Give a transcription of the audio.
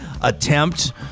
attempt